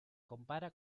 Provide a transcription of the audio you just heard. compara